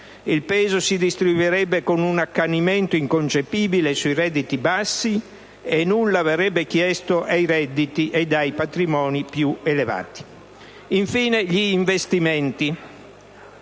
Il peso si distribuirebbe con un accanimento inconcepibile sui redditi bassi e nulla verrebbe chiesto ai redditi e ai patrimoni più elevati. Infine, gli investimenti: